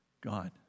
God